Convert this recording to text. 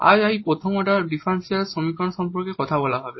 আজ এই প্রথম অর্ডার ডিফারেনশিয়াল সমীকরণ সম্পর্কে কথা বলা হবে